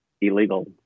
illegal